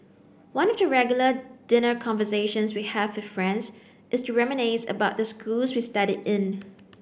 one of the regular dinner conversations we have with friends is to reminisce about the schools we studied in